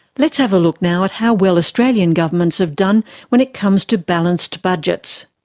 let's have a look now at how well australian governments have done when it comes to balanced budgets.